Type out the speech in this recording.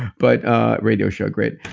but ah radio show great.